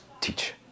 teach